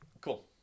cool